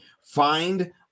find